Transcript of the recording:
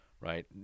right